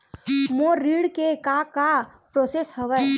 मोर ऋण के का का प्रोसेस हवय?